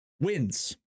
wins